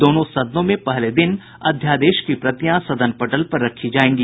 दोनों सदनो में पहले दिन अध्यादेश की प्रतियां सदन पटल पर रखी जायेंगी